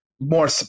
more